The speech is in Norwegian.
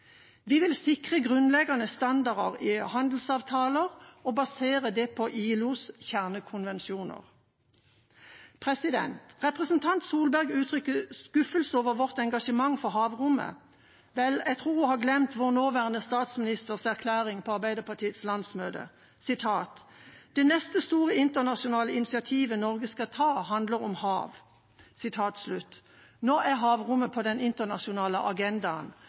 Vi vil sikre grunnleggende standarder i handelsavtaler og basere det på ILOs kjernekonvensjoner. Representanten Erna Solberg uttrykker skuffelse over vårt engasjement for havrommet. Jeg tror hun har glemt vår nåværende statsministers erklæring på Arbeiderpartiets landsmøte: «Det neste store internasjonale initiativet Norge skal ta, handler om hav.» Nå er havrommet på den internasjonale agendaen.